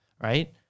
right